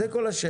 זו כל השאלה.